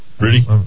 Ready